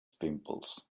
pimples